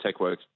TechWorks